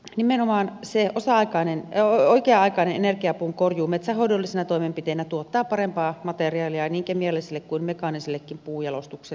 nimenomaan se oikea aikainen energiapuun korjuu metsänhoidollisena toimenpiteenä tuottaa parempaa materiaalia niin kemialliselle kuin mekaanisellekin puunjalostukselle